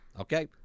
Okay